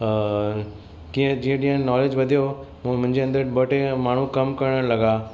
कीअं जीअं कीअं नॉलेज वधियो पोइ मुंहिंजे अंदरि ॿ टे माण्हू कमु करणु लॻा